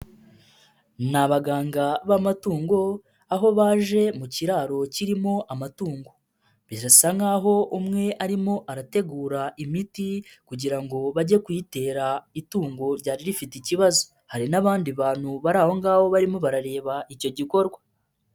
Ni abaganga b'amatungo aho baje mu kiraro kirimo amatungo, birasa nkaho umwe arimo arategura imiti kugira ngo bajye kuyitera itungo ryari rifite ikibazo, hari n'abandi bantu bari aho ngaho barimo barareba icyo gikorwa.